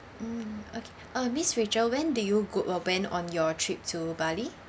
mm okay uh miss rachel when did you go uh went on your trip to bali